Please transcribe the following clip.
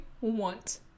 want